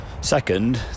Second